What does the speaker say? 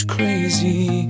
Crazy